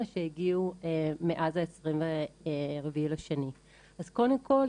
שהגיעו מאז ה-24 בפברואר 2022. אז קודם כל,